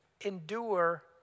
endure